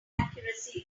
accuracy